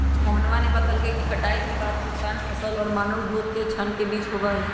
मोहनवा ने बतल कई कि कटाई के बाद के नुकसान फसल और मानव उपभोग के क्षण के बीच होबा हई